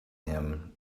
him